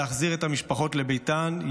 להחזיר את המשפחות לבתיהן,